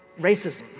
racism